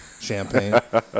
Champagne